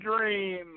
dream